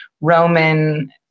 Roman